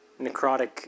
necrotic